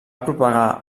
propagar